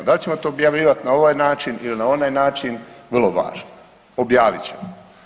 Da li ćemo to objavljivati na ovaj način ili na onaj način, vrlo važno, objavit ćemo.